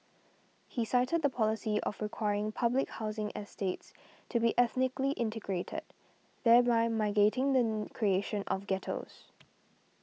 he cited the policy of requiring public housing estates to be ethnically integrated thereby mitigating then creation of ghettos